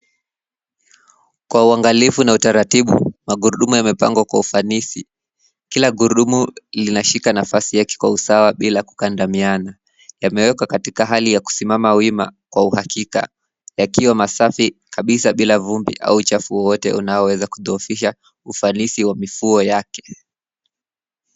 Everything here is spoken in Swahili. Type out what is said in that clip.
Kwa uangalifu na utaratibu magurudumu yamepangwa kwa ufanisi. Kila gurudumu linashika nafasi yake kwa usawa bila kukandamiana. Yamewekwa katika hali ya kusimama wima kwa uhakika yakiwa masafi kabisa bila vumbi au uchafu wowote unao weza kudhohofisha ufanisi wa mifuo yake.